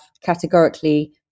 categorically